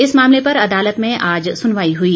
इस मामले पर आदलत में आज सुनवाई हुई